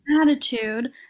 attitude